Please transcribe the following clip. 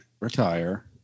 retire